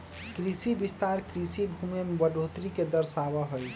कृषि विस्तार कृषि भूमि में बढ़ोतरी के दर्शावा हई